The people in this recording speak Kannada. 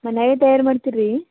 ಮನೆಯಾಗೆ ತಯಾರು ಮಾಡ್ತೀರೀ